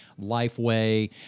Lifeway